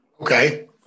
Okay